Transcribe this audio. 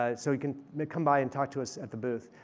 ah so you can come by and talk to us at the booth.